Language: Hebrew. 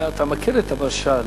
אתה מכיר את המשל